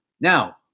Now